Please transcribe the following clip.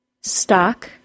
Stock